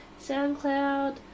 Soundcloud